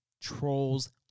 Trolls